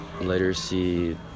literacy